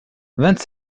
vingt